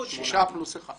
שישה פלוס אחד.